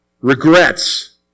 regrets